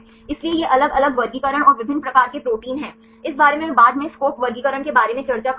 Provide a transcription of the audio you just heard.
इसलिए ये अलग अलग वर्गीकरण और विभिन्न प्रकार के प्रोटीन हैं इस बारे में मैं बाद में SCOP वर्गीकरण के बारे में चर्चा करूंगा